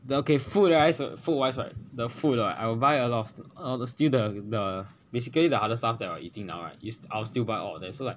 the okay food wise right the food right I will buy a lot of I will steal the the basically the other stuff that we are eating now I will still buy all of them so like